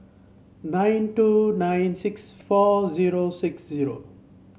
nine two nine six four zero six zero